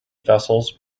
vessels